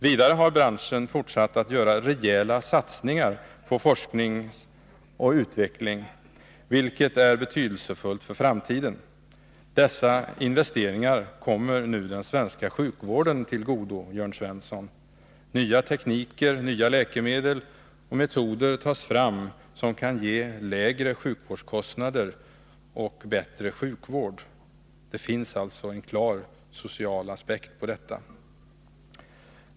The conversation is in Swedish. Vidare har branschen fortsatt att göra rejäla satsningar på forskning och utveckling, vilket är betydelsefullt för framtiden. Dessa investeringar kommer nu den svenska sjukvården till godo, Jörn Svensson. Nya tekniker, nya läkemedel och nya metoder tas fram som kan ge lägre sjukvårdskostnader och bättre sjukvård. Det finns alltså en klar social aspekt på detta.